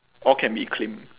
all can be claimed